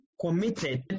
committed